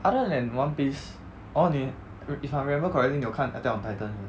other than one piece orh 你 if I remember correctly 你有看 attack on titan